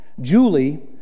Julie